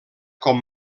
com